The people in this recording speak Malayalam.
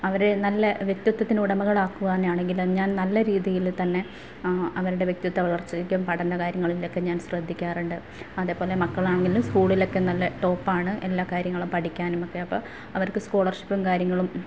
അവരെ നല്ല വ്യക്തിത്ത്വത്തിന് ഉടമകൾ ആക്കുവാനാണെങ്കിലും ഞാന് നല്ല രീതിയിൽ തന്നെ അവരുടെ വ്യക്തിത്വ വളര്ച്ചക്കും പഠന കാര്യങ്ങളിലൊക്കെ ഞാന് ശ്രദ്ധിക്കാറുണ്ട് അതേപോലെ മക്കളാണെങ്കിലും സ്കൂളിലൊക്കെ നല്ല ടോപ്പാണ് എല്ലാ കാര്യങ്ങളും പഠിക്കാനുമൊക്കെ അപ്പം അവര്ക്ക് സ്കോളര്ഷിപ്പും കാര്യങ്ങളും